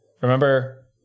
Remember